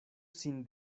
sin